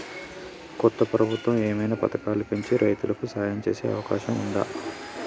కొత్త ప్రభుత్వం ఏమైనా పథకాలు పెంచి రైతులకు సాయం చేసే అవకాశం ఉందా?